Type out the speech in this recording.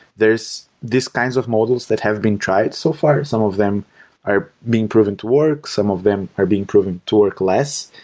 there's these kinds of models that have been tried so far. some of them are being proven to work, some of them are being proven to work less.